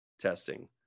testing